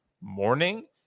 morning